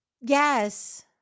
yes